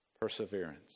perseverance